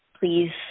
please